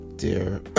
Dear